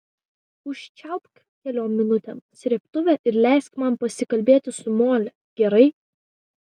užčiaupk keliom minutėm srėbtuvę ir leisk man pasikalbėti su mole gerai